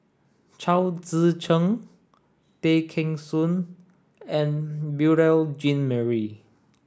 Chao Tzee Cheng Tay Kheng Soon and Beurel Jean Marie